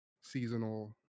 seasonal